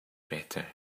better